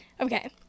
okay